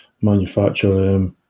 manufacture